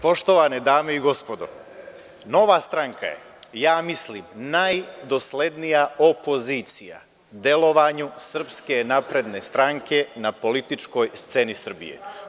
Poštovane dame i gospodo, Nova stranka je, ja mislim, najdoslednija opozicija delovanju SNS na političkoj sceni Srbije.